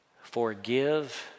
Forgive